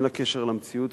אין לה קשר למציאות,